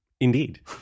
Indeed